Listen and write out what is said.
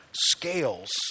scales